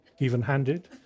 even-handed